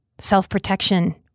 Self-protection